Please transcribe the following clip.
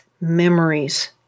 memories